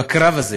בקרב הזה